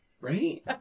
Right